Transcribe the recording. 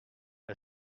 est